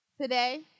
Today